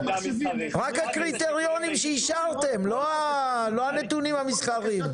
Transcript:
רק הקריטריונים שאישרתם, לא הנתונים המסחריים.